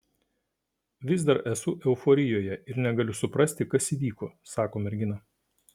vis dar esu euforijoje ir negaliu suprasti kas įvyko sako mergina